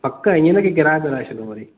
पक इयं न की गिराए विराए छॾो वरी